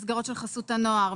מסגרות של חסות הנוער,